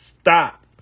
stop